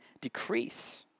decrease